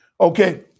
Okay